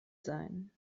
sein